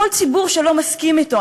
כל ציבור שלא מסכים אתו,